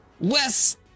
Wes